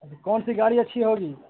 کون س گاڑی اچھی ہوگی